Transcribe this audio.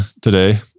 today